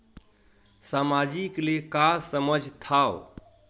सामाजिक ले का समझ थाव?